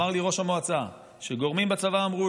אמר לי ראש המועצה שגורמים בצבא אמרו